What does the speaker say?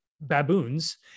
baboons